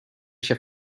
się